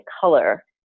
color